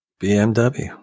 BMW